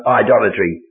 idolatry